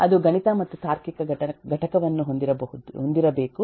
ಅದು ಗಣಿತ ಮತ್ತು ತಾರ್ಕಿಕ ಘಟಕವನ್ನು ಹೊಂದಿರಬೇಕು